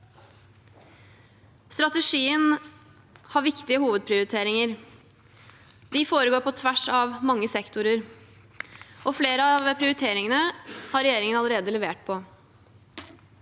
Strategien har viktige hovedprioriteringer. De foregår på tvers av mange sektorer, og flere av prioriteringene har regjeringen allerede levert på.